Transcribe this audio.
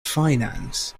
finance